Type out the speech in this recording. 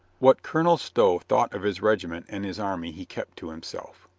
what colonel stow thought of his regiment and his army he kept to himself.